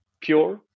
pure